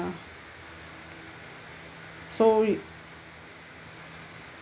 so it